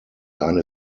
eine